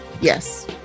Yes